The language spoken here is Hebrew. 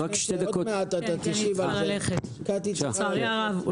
אני צריכה ללכת, לצערי הרב.